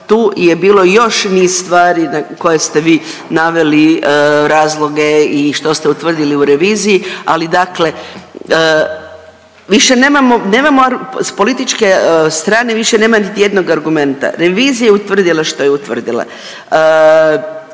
tu je bilo još niz stvari koje ste vi naveli razloge i što ste utvrdili u reviziji, ali dakle više nemamo, nemamo arg… s političke strane više nema niti jednog argumenta, revizija je utvrdila što je utvrdila.